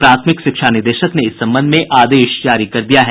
प्राथमिक शिक्षा निदेशक ने इस संबंध में आदेश जारी कर दिया है